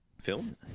film